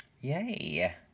Yay